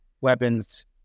weapons